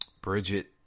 Bridget